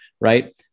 right